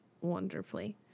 wonderfully